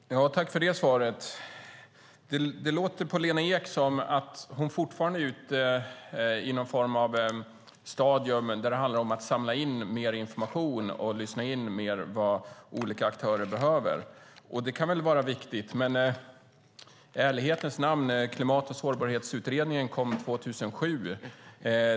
Herr talman! Tack för det svaret, Lena Ek! Det låter som att Lena Ek fortfarande är i någon form av stadium där det handlar om att samla in mer information och lyssna in vad olika aktörer behöver. Det kan väl vara viktigt, men i ärlighetens namn kom Klimat och sårbarhetsutredningen 2007.